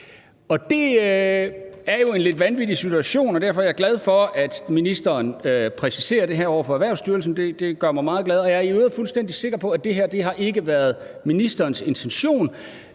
Det er jo en lidt vanvittig situation, og derfor er jeg glad for, at ministeren præciserer det her over for Erhvervsstyrelsen. Det gør mig meget glad, og jeg er i øvrigt fuldstændig sikker på, at det her ikke har været ministerens intention